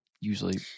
usually